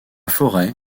forêt